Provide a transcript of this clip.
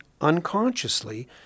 unconsciously